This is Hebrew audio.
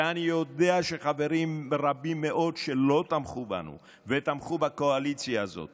ואני יודע שחברים רבים מאוד שלא תמכו בנו ותמכו בקואליציה הזאת